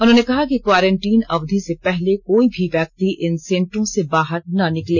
उन्होंने कहा क्वारेंटिंन अवधि से पहले कोई भी व्यक्ति इन सेंटरों से बाहर न निकले